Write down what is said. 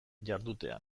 jardutean